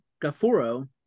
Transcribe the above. Gafuro